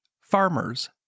farmers